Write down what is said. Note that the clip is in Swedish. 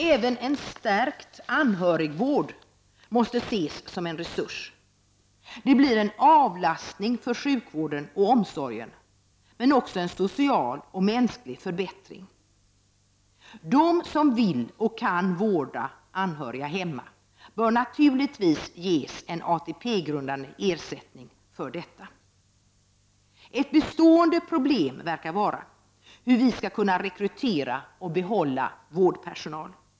Även en stärkt anhörigvård måste ses som en resurs. Det blir en avlastning för sjukvården och omsorgen, men också en social och mänsklig förbättring. De som vill och kan vårda anhöriga hemma bör naturligtvis ges en ATP grundande ersättning för detta. Ett bestående problem verkar vara hur vi skall kunna rekrytera och behålla vårdpersonal.